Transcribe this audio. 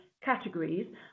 categories